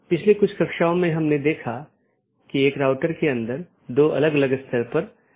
interior gateway protocol में router को एक ऑटॉनमस सिस्टम के भीतर जानकारी का आदान प्रदान करने की अनुमति होती है